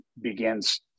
begins